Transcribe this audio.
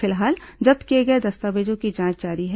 फिलहाल जब्त किए गए दस्तावेजों की जांच जारी है